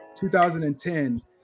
2010